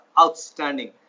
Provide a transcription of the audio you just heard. Outstanding